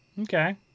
Okay